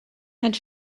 had